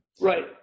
right